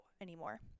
anymore